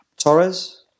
Torres